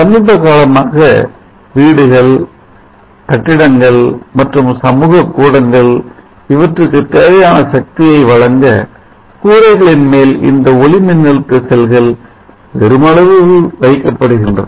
சமீபகாலமாக வீடுகள் கட்டிடங்கள் மற்றும் சமூக கூடங்கள் இவற்றுக்குத் தேவையான சக்தியை வழங்க கூரைகளின் மேல் இந்த ஒளிமின்னழுத்த செல்கள் பெருமளவில் வைக்கப்படுகின்றன